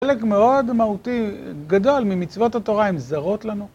חלק מאוד מהותי גדול ממצוות התורה הם זרות לנו.